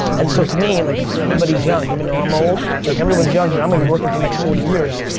and so to me like everybody is young even though i'm old, like everyone is young here, i'm gonna be working for the next forty years,